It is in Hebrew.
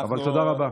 אבל תודה רבה.